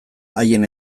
haien